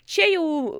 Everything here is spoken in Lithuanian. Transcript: čia jau